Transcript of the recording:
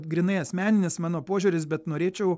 grynai asmeninis mano požiūris bet norėčiau